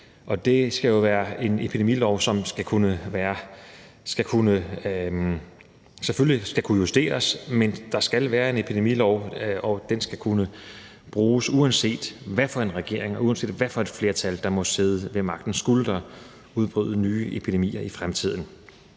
det skal jo være en epidemilov, som selvfølgelig skal kunne justeres, men der skal være en epidemilov, og den skal kunne bruges, uanset hvad for en regering og uanset hvad for et flertal der måtte sidde ved magten, skulle der udbryde nye epidemier i fremtiden.